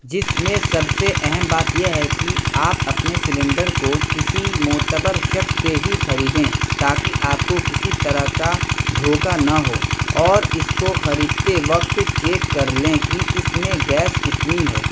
جس میں سب سے اہم بات یہ ہے کہ آپ اپنے سلینڈر کو کسی معتبر شخص سے ہی خریدیں تاکہ آپ کو کسی طرح کا دھوکا نہ ہو اور اس کو خریدتے وقت چیک کر لیں کہ اس میں گیس کتنی ہے